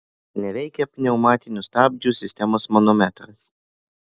neveikia pneumatinių stabdžių sistemos manometras